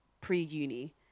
pre-uni